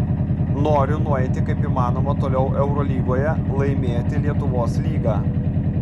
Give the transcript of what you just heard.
noriu nueiti kaip įmanoma toliau eurolygoje laimėti lietuvos lygą